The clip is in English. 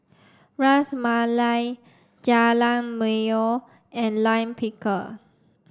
Ras Malai Jajangmyeon and Lime Pickle